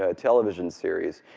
ah television series,